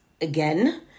again